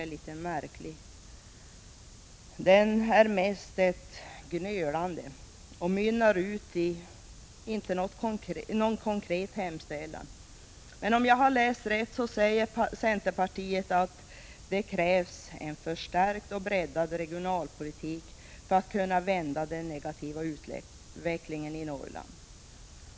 Innehållet kan närmast beskrivas som ett gnölande, och den mynnar inte ut i någon konkret hemställan. Om jag läst rätt vill centerpartiet ändå med reservationen säga att det krävs en förstärkt och breddad regionalpolitik för att kunna vända den negativa utvecklingen i Norrland.